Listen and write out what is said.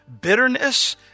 bitterness